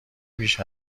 بیش